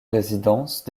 résidences